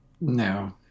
No